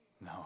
No